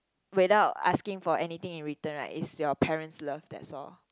without asking for anything in return right is your parents' love that's all